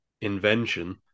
invention